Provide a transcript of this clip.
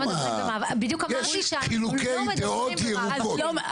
חילוקי דעות ירוקות.